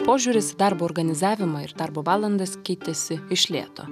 požiūris į darbo organizavimą ir darbo valandas keitėsi iš lėto